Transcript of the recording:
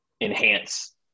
enhance